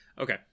okay